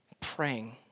praying